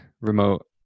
remote